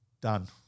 done